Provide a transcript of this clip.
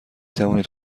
توانید